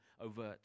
overt